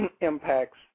impacts